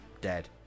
dead